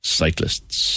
cyclists